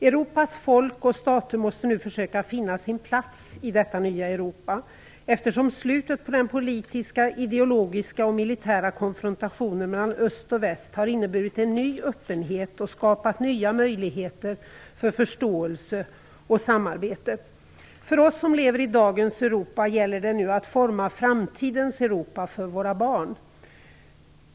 Europas folk och stater måste nu försöka finna sin plats i detta nya Europa, eftersom slutet på den politiska, ideologiska och militära konfrontationen mellan öst och väst inneburit en ny öppenhet och skapat nya möjligheter för förståelse och samarbete. För oss som lever i dagens Europa gäller det nu att forma framtidens Europa för våra barn.